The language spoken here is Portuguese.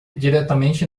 diretamente